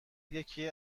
یکی